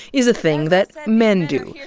is a thing that men do.